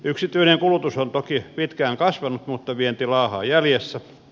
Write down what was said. yksityinen kulutus on toki pitkään kasvanut mutta vienti laahaa jäljessä